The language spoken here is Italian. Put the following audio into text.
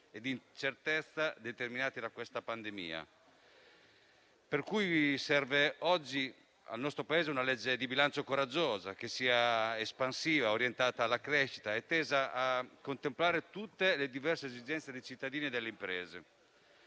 e di incertezza determinati da questa pandemia. Al nostro Paese oggi serve quindi una legge di bilancio coraggiosa, che sia espansiva, orientata alla crescita e tesa a contemplare tutte le diverse esigenze dei cittadini e delle imprese.